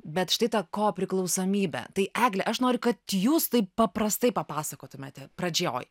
bet štai tą ko priklausomybę tai egle aš noriu kad jūs taip paprastai papasakotumėte pradžioj